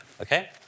okay